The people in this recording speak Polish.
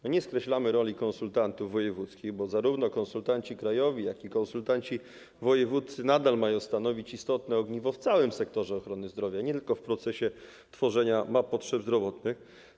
My nie skreślamy roli konsultantów wojewódzkich, bo zarówno konsultanci krajowi, jak i konsultanci wojewódzcy nadal mają stanowić istotne ogniwo w całym sektorze ochrony zdrowia, nie tylko w procesie tworzenia map potrzeb zdrowotnych.